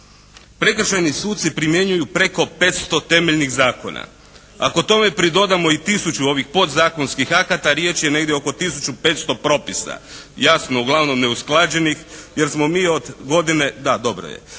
Prekršajni suci primjenjuju preko 500 temeljnih zakona. Ako tome pridodamo i tisuću ovih podzakonskih akata riječ je negdje oko tisuću 500 propisa, jasno uglavnom neusklađenih jer smo mi od godine